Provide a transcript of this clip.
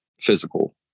physical